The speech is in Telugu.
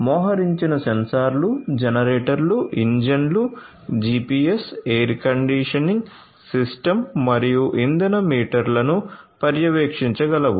మోహరించిన సెన్సార్లు జనరేటర్లు ఇంజన్లు జిపిఎస్ ఎయిర్ కండిషనింగ్ సిస్టమ్స్ మరియు ఇంధన మీటర్లను పర్యవేక్షించగలవు